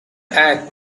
act